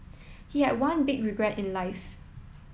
he had one big regret in life